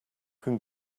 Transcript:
can